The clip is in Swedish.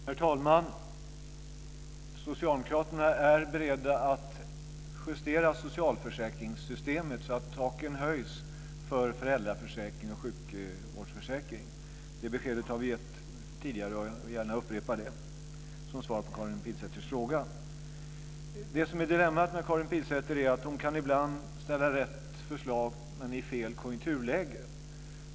Herr talman! Socialdemokraterna är beredda att justera socialförsäkringssystemet, så att taken höjs för föräldraförsäkring och sjukvårdsförsäkring. Det beskedet har vi gett tidigare, och jag vill gärna upprepa det som svar på Karin Pilsäters fråga. Det som är dilemmat med Karin Pilsäter är att hon ibland kan komma med rätt förslag men i fel konjunkturläge.